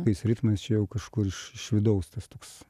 tais ritmais čia jau kažkur iš iš vidaus tas toks